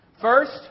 First